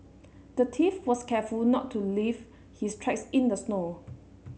the thief was careful not to leave his tracks in the snow